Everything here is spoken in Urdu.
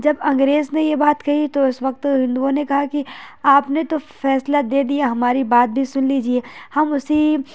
جب انگریز نے یہ بات کہی تو اس وقت ہندوؤں نے کہا کہ آپ نے تو فیصلہ دے دیا ہماری بات بھی سن لیجیے ہم اسی پل